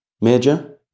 major